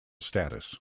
status